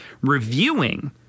reviewing